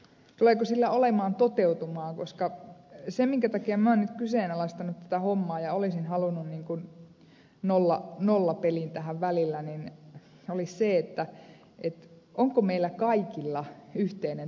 tuleeko sillä olemaan toteutumaa koska se minkä takia minä olen nyt kyseenalaistanut tätä hommaa ja olisin halunnut nollapelin tähän välillä olisi se onko meillä kaikilla yhteinen tahtotila tässä